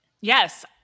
Yes